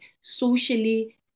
socially